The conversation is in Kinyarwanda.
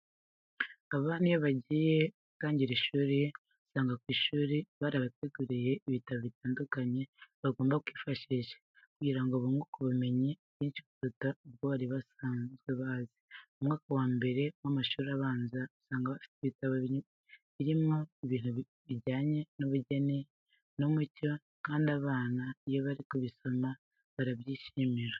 Abana iyo bagiye gutangira ishuri usanga ku ishuri barabateguriye ibitabo bitandukanye bagomba kwifashisha kugira ngo bunguke ubumenyi bwinshi kuruta ubwo bari basanzwe bazi. Mu mwaka wa mbere w'amashuri abanza usanga bafite ibitabo birimo ibintu bijyanye n'ubugeni n'umuco kandi abana iyo bari kubisoma barabyishimira.